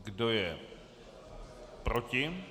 Kdo je proti?